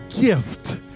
gift